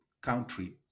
country